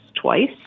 twice